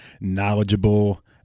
knowledgeable